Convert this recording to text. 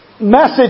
message